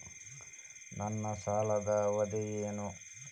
ನನ್ನ ಸಾಲದ ಅವಧಿ ಏನು?